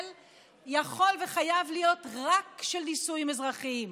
יכול וחייב להיות רק של נישואים אזרחיים.